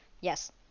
Yes